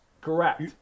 Correct